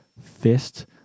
Fist